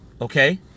okay